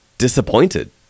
Disappointed